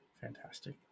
fantastic